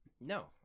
No